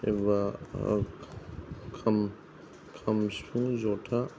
एबा खाम खाम सिफुं जथा